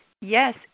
Yes